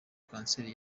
kanseri